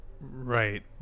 right